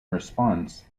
response